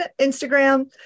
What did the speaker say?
Instagram